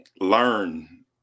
learn